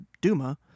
duma